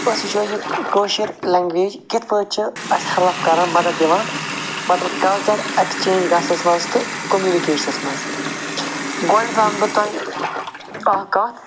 أسۍ وچھٕو یہِ کٲشِر لَنگویج کِتھ پٲٹھۍ چھِ اَسہِ ہٮ۪لٕپ کران مدتھ دِوان مطلب کَلچَر اٮ۪کٕسچینج گژھنَس منٛز تہٕ کُمنِکیشنَس منٛز گۄڈٕنٮ۪تھ وَنہٕ بہٕ تۄہہِ اَکھ کَتھ